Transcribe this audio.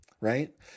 right